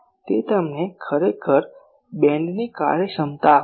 તે તમને ખરેખર બીમની કાર્યક્ષમતા આપશે